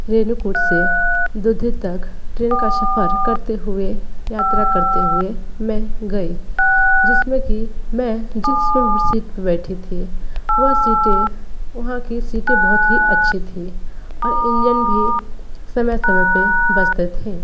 रेनू कूट से धीधीत तक ट्रेन का सफर करते हुए यात्रा करते हुए मैं गई जिसमें कि मैं जिस नंबर सीट पर बैठी थी वह सीटें वहाँ की सीटें बहुत ही अच्छी थी और इंजन भी समय समय पे बजते थे